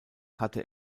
hatte